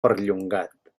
perllongat